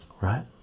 right